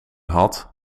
had